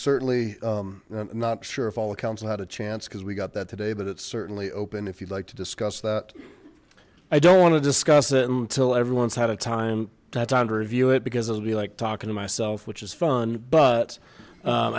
certainly not sure if all the council had a chance cuz we got that today but it's certainly open if you'd like to discuss that i don't want to discuss it until everyone's had a time had time to review it because it would be like talking to myself which is fun but